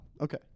okay